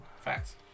facts